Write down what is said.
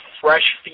fresh